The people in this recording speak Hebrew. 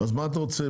אז מה אתה רוצה?